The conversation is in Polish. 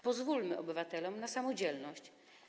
Pozwólmy obywatelom na samodzielność.